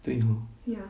对 hor